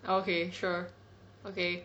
okay sure okay